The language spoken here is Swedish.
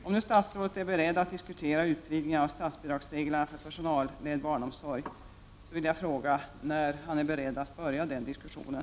Om nu statsrådet är beredd att diskutera en utvidgning av statsbidragsreglerna för personalledd barnomsorg vill jag fråga när han är beredd att påbörja den diskussionen.